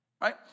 Right